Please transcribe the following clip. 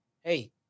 hey